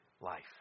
life